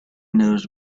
knows